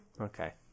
Okay